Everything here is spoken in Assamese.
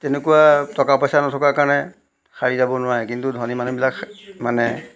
এনেকুৱা টকা পইচা নথকা কাৰণে সাৰি যাব নোৱাৰে কিন্তু ধনী মানুহবিলাক মানে